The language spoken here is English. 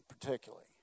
particularly